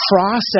process